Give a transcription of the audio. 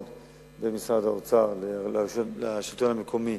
בין משרד האוצר לשלטון המקומי